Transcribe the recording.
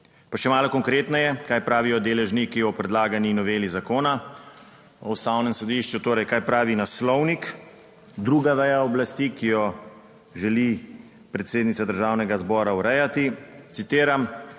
Pa še malo konkretneje, kaj pravijo deležniki o predlagani noveli Zakona o Ustavnem sodišču. Torej, kaj pravi naslovnik, druga veja oblasti, ki jo želi predsednica Državnega zbora urejati, citiram: